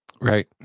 Right